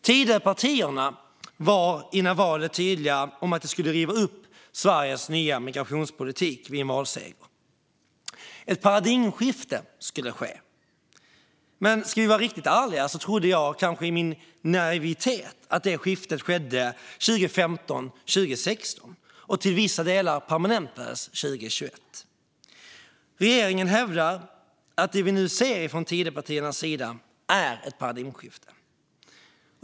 Tidöpartierna var före valet tydliga med att de skulle riva upp Sveriges nya migrationspolitik vid en valseger. Ett paradigmskifte skulle ske, men om jag ska vara riktigt ärlig trodde jag i min naivitet att skiftet skedde 2015-2016 och att det till viss del permanentades 2021. Regeringen hävdar att det vi nu ser från Tidöpartiernas sida är ett paradigmskifte.